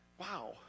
wow